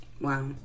Wow